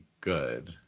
good